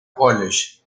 college